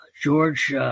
George